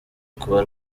kuba